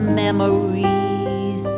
memories